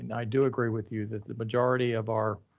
and i do agree with you that the majority of our